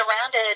surrounded